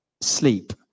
sleep